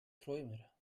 träumer